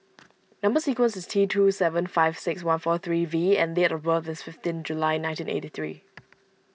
Number Sequence is T two seven five six one four three V and date of birth is fifteen July nineteen eighty three